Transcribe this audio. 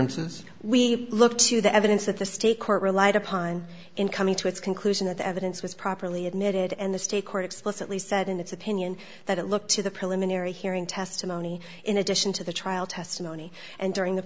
since we look to the evidence that the state court relied upon in coming to its conclusion that the evidence was properly admitted and the state court explicitly said in its opinion that it looked to the preliminary hearing testimony in addition to the trial testimony and during the